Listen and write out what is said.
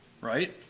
right